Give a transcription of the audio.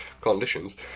conditions